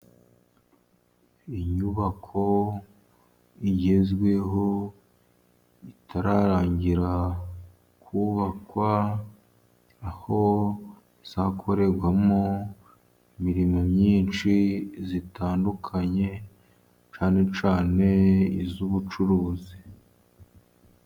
Inyubako igezweho itararangira kubakwa, aho izakorerwamo imirimo myinshi itandukanye cyane cyane iy'ubucuruzi.